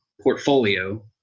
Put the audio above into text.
portfolio